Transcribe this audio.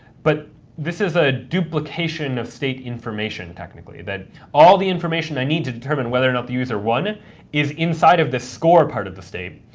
but this is a duplication of state information, technically, that all the information i need to determine whether or not the user won is inside of the score or part of the state,